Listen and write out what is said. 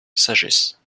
sagesse